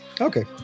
Okay